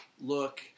look